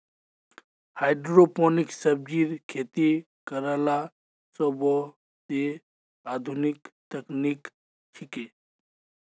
hydroponic सब्जिर खेती करला सोबसे आधुनिक तकनीक छिके